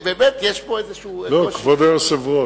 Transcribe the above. באמת יש פה איזה, לא, כבוד היושב-ראש.